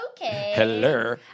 Hello